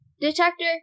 detector